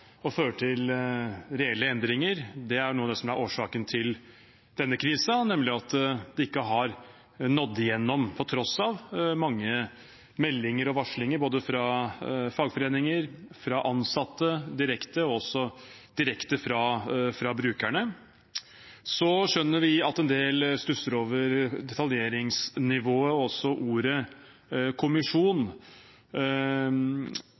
til reelle endringer. Noe av det som er årsaken til denne krisen, er nemlig at det ikke har nådd igjennom på tross av mange meldinger og varslinger både fra fagforeninger, fra ansatte direkte og også direkte fra brukerne. Vi skjønner at en del stusser over detaljeringsnivået og ordet